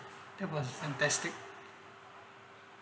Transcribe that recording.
that was fantastic